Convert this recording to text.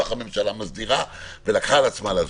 הממשלה מסדירה ולקחה על עצמה להסדיר.